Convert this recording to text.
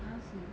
a'ah seh